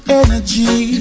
energy